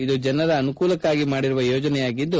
ಇದು ಜನರ ಅನುಕೂಲಕ್ಷಾಗಿ ಮಾಡಿರುವ ಯೋಜನೆಯಾಗಿದೆ